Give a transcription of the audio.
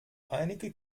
einige